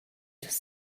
just